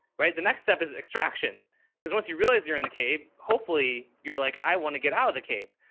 right. the next step is extraction because once you realize you're in the cave, hopefully you're like, i want to get out of the cave.